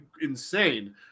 insane